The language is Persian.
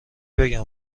بگم